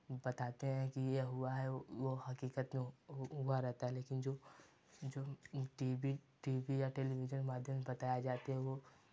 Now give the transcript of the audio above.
बताते हैं कि ये हुआ है वो हकीकत में हुआ रहता है लेकिन जो टी वी टी वी या टेलीविज़न मध्याम से बताए जाते हैं वो